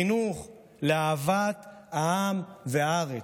חינוך לאהבת העם והארץ.